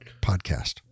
podcast